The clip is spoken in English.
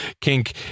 kink